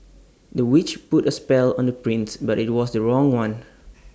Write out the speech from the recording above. the witch put A spell on the prince but IT was the wrong one